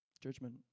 Judgment